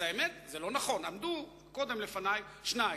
האמת היא שזה לא נכון, עמדו קודם לפני שניים,